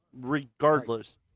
regardless